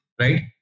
right